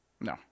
No